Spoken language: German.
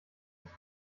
sich